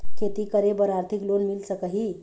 खेती करे बर आरथिक लोन मिल सकही?